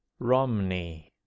romney